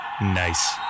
Nice